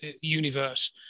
universe